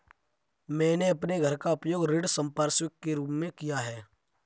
मैंने अपने घर का उपयोग ऋण संपार्श्विक के रूप में किया है